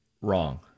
wrong